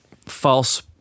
false